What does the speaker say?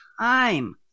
time